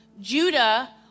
Judah